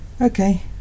Okay